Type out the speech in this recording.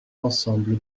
ensemble